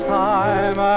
time